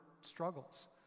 struggles